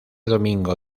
domingo